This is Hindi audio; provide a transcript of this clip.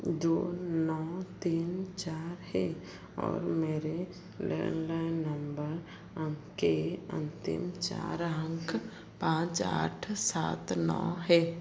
दो नौ तीन चार है और मेरे लैंडलेन नंबर के अंतिम चार अंक पाँच आठ सात नौ है